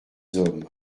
hommes